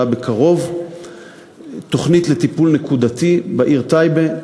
בקרוב תוכנית לטיפול נקודתי בעיר טייבה.